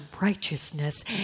righteousness